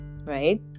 Right